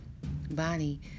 Bonnie